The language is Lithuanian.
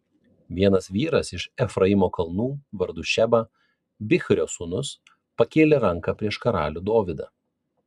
vienas vyras iš efraimo kalnų vardu šeba bichrio sūnus pakėlė ranką prieš karalių dovydą